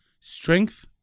strength